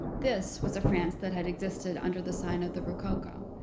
this was a france that had existed under the sign of the rococo,